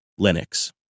Linux